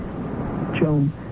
Joan